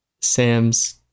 Sam's